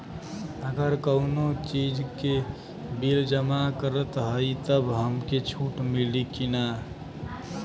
अगर कउनो चीज़ के बिल जमा करत हई तब हमके छूट मिली कि ना?